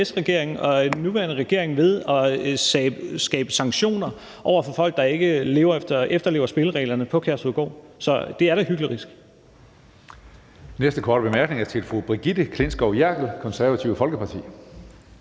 og den nuværende regering, ved at skabe sanktioner over for folk, der ikke efterlever spillereglerne på Kærshovedgård. Så det er da hyklerisk.